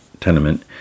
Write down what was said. tenement